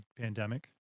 pandemic